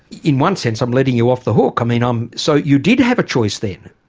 in one sense i'm letting you off the hook. i mean, um so you did have a choice then,